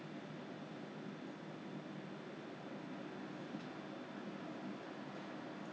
the community spread is very low very single digit so they said but we are not on we are not the first list